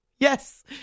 Yes